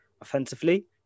offensively